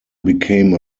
became